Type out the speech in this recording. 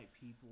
people